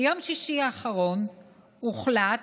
ביום שישי האחרון הוחלט